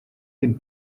den